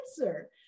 answer